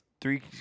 three